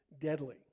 deadly